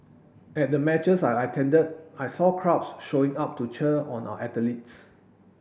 at the matches I attended I saw crowds showing up to cheer on our athletes